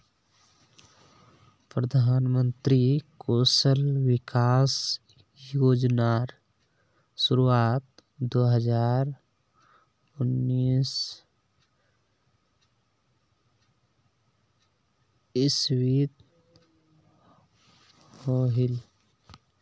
प्रधानमंत्री कौशल विकाश योज्नार शुरुआत दो हज़ार उन्नीस इस्वित होहिल